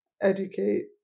educate